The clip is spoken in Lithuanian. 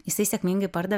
jisai sėkmingai pardavė